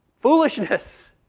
foolishness